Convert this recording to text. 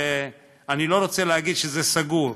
אני לא רוצה להגיד שזה סגור,